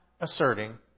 asserting